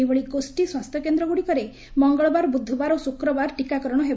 ସେହିଭଳି ଗୋଷୀ ସ୍ୱାସ୍ଥ୍ୟ କେନ୍ଦ୍ ଗୁଡ଼ିକରେ ମଙ୍ଗଳବାର ବୁଧବାର ଓ ଶୁକ୍ରବାର ଟିକାକରଶ ହେବ